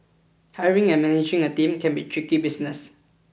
hiring and managing a team can be tricky business